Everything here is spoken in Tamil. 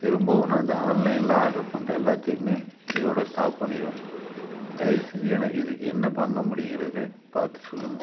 திரும்பவும் நான் இந்த ஆன்லைனில் ஆட்ரு பண்ணுறேன் எல்லாத்தையுமே இதோடு ஸ்டாப் பண்ணிடுவேன் தயவுசெஞ்சு எனக்கு இதுக்கு என்ன பண்ண முடியுங்கிறதை பார்த்து சொல்லுங்கள்